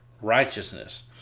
righteousness